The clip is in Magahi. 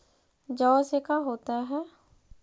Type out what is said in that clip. जौ से का होता है?